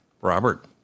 Robert